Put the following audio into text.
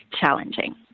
challenging